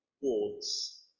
wards